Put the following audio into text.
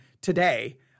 today